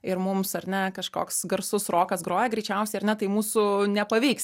ir mums ar ne kažkoks garsus rokas groja greičiausiai ar ne tai mūsų nepaveiks